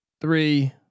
three